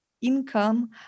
income